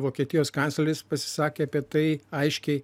vokietijos kancleris pasisakė apie tai aiškiai